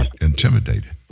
intimidated